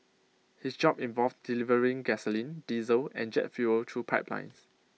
his job involved delivering gasoline diesel and jet fuel through pipelines